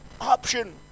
option